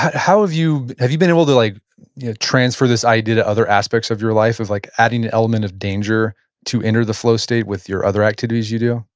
how have you, have you been able to like you know transfer this idea to other aspects of your life of like adding the element of danger to enter the flow state with your other activities you do?